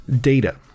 Data